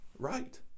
right